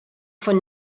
von